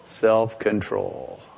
Self-control